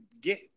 get